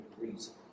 reason